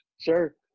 Sure